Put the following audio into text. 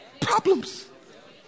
problems